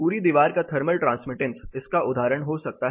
पूरी दीवार का थर्मल ट्रांसमिटेंस इसका उदाहरण हो सकता है